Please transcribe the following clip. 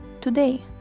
today